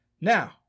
Now